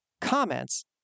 comments